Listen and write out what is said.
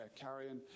carrying